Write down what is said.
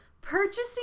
purchasing